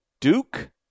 Duke